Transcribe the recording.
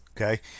okay